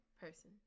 person